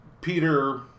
peter